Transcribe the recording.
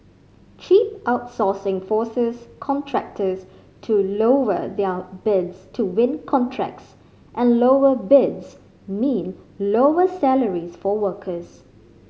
cheap outsourcing forces contractors to lower their bids to win contracts and lower bids mean lower salaries for workers